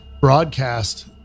broadcast